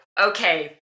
Okay